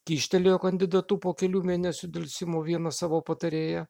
kyštelėjo kandidatu po kelių mėnesių delsimo vieną savo patarėją